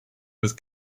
with